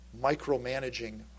micromanaging